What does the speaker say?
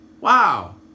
wow